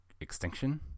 extinction